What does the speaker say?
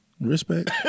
Respect